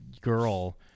girl